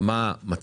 היא מה המצב